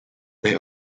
they